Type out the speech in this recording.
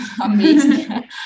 amazing